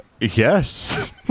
Yes